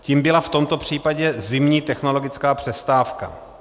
Tím byla v tomto případě zimní technologická přestávka.